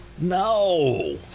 No